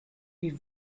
die